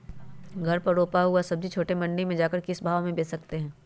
घर पर रूपा हुआ सब्जी छोटे मंडी में जाकर हम किस भाव में भेज सकते हैं?